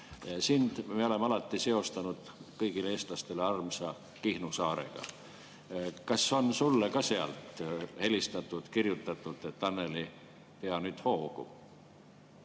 Sind me oleme alati seostanud kõigile eestlastele armsa Kihnu saarega. Kas sulle on sealt helistatud, kirjutatud ja [öeldud], et, Annely, pea nüüd hoogu?